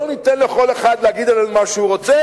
לא ניתן לכל אחד להגיד עלינו מה שהוא רוצה.